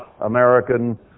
American